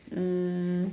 um